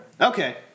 Okay